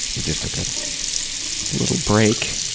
we just took a little break,